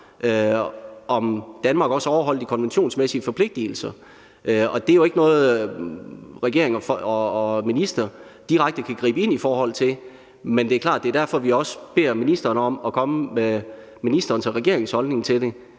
om Danmark overholder de konventionsmæssige forpligtelser, og det er jo ikke noget, regeringen og ministeren direkte kan gribe ind i forhold til. Men det er klart, at det er derfor, vi også beder ministeren om at komme med regeringens og ministerens holdning til det.